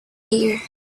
year